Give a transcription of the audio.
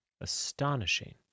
Astonishing